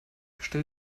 stell